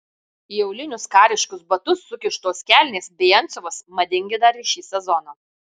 į aulinius kariškus batus sukištos kelnės bei antsiuvas madingi dar ir šį sezoną